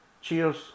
cheers